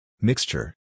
Mixture